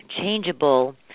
changeable –